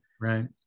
Right